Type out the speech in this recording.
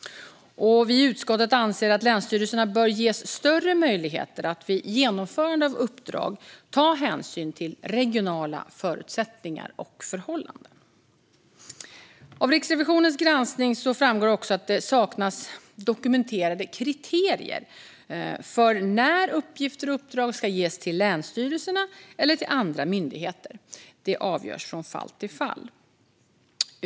Vi i utskottet anser att länsstyrelserna bör ges större möjligheter att vid genomförande av uppdrag ta hänsyn till regionala förutsättningar och förhållanden. Av Riksrevisionens granskning framgår också att det saknas dokumenterade kriterier för när uppgifter och uppdrag ska ges till länsstyrelserna eller till andra myndigheter - det avgörs från fall till fall.